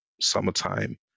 summertime